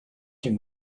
young